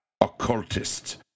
occultist